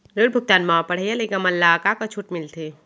ऋण भुगतान म पढ़इया लइका मन ला का का छूट मिलथे?